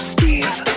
Steve